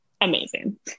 amazing